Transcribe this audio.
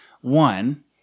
One